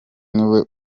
niwe